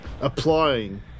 applying